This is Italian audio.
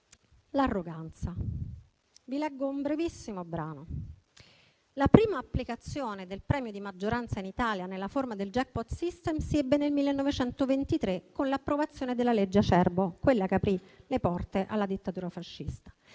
dell'arroganza. Vi leggo un brevissimo brano. La prima applicazione del premio di maggioranza in Italia (nella forma del *jackpot system*) si ebbe nel 1923, con l'approvazione della legge Acerbo (quella che aprì le porte alla dittatura fascista),